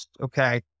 okay